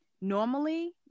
normally